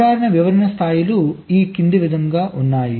సాధారణ వివరణ స్థాయిలు ఈ క్రింది విధంగా ఉన్నాయి